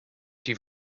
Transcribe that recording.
die